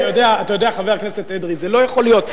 אתה יודע, חבר הכנסת אדרי, זה לא יכול להיות.